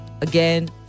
again